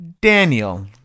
Daniel